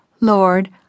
Lord